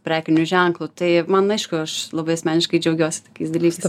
prekiniu ženklu tai man aišku aš labai asmeniškai džiaugiuosi tokiais dalykais